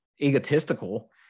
egotistical